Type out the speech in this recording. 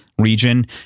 region